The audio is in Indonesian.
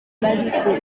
bagiku